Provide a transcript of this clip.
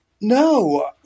No